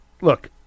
Look